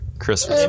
Christmas